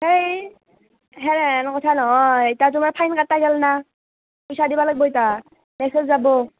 হেই সেনেহান কথা নহয় ইতা তোমাৰ ফাইন কটা গ'লনা পইচা দিবা লাগিব ইতা মেচেজ যাব